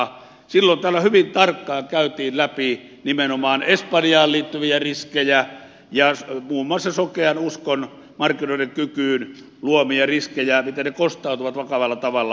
silloin täällä hyvin tarkkaan käytiin läpi nimenomaan espanjaan liittyviä riskejä ja muun muassa sitä miten sokea usko markkinoiden kykyyn luo riskejä ja ne kostautuvat vakavalla tavalla